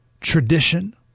tradition